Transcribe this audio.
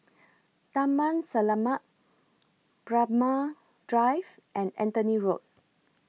Taman Selamat Braemar Drive and Anthony Road